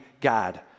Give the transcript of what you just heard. God